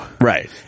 right